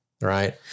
right